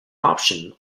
option